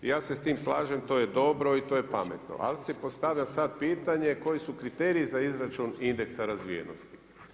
Ja se s tim slažem, to je dobro i to je pametno, ali se postavlja sada pitanje koji su kriteriji za izračun indeksa razvijenosti.